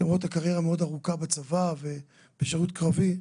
למרות הקריירה המאוד ארוכה בצבא ובשירות קרבי,